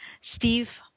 Steve